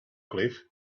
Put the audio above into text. cliff